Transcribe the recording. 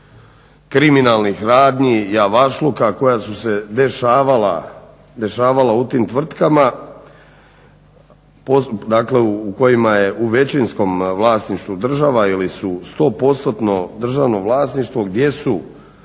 kriminalnih radnji, i javašluka koja su se dešavala u tim tvrtkama, u kojima je u većinskom vlasništvu država ili su 100% državno vlasništvo. Gdje su